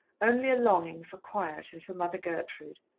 only a longing for quiet and for mother gertrude.